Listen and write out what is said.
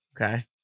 Okay